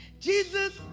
Jesus